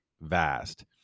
vast